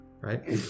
right